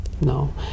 No